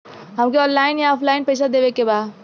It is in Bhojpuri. हमके ऑनलाइन या ऑफलाइन पैसा देवे के बा?